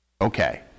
okay